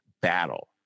battle